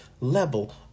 level